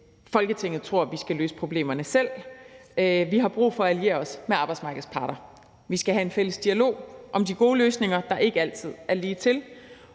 Folketinget tror, at vi skal løse problemerne selv. Vi har brug for at alliere os med arbejdsmarkedets parter. Vi skal have en fælles dialog om de gode løsninger, der ikke altid er ligetil.